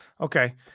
Okay